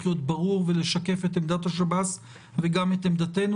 להיות ברור ולשקף את עמדת השב"ס וגם את עמדתנו.